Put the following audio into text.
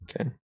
okay